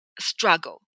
struggle